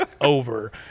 over